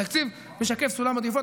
תקציב משקף סולם עדיפויות.